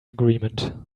agreement